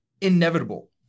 inevitable